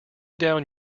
down